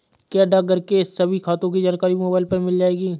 क्या डाकघर के सभी खातों की जानकारी मोबाइल पर मिल जाएगी?